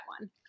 one